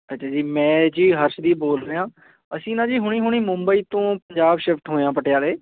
ਅੱਛਾ ਜੀ ਮੈਂ ਜੀ ਹਰਸ਼ਦੀਪ ਬੋਲ ਰਿਹਾ ਅਸੀਂ ਨਾ ਜੀ ਹੁਣੇ ਹੁਣੇ ਮੁੰਬਈ ਤੋਂ ਪੰਜਾਬ ਸ਼ਿਫਟ ਹੋਏ ਹਾਂ ਪਟਿਆਲੇ